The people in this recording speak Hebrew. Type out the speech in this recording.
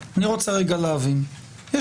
רגע להבין.